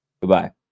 Goodbye